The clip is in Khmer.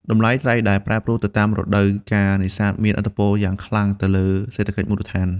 តម្លៃត្រី ដែលប្រែប្រួលទៅតាមរដូវកាលនេសាទមានឥទ្ធិពលយ៉ាងខ្លាំងទៅលើសេដ្ឋកិច្ចមូលដ្ឋាន។